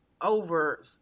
over